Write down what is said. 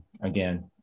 again